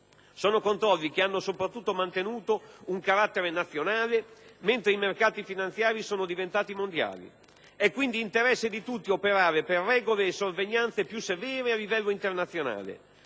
sono controlli che hanno soprattutto mantenuto un carattere nazionale, mentre i mercati finanziari sono diventati mondiali. È quindi interesse di tutti operare per regole e sorveglianze più severe a livello internazionale.